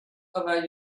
over